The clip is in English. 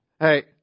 hey